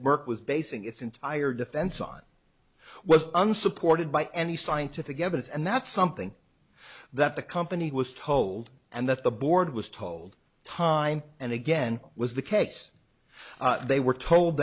work was basing its entire defense on was unsupported by any scientific evidence and that's something that the company was told and that the board was told time and again was the case they were told